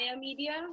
Media